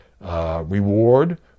reward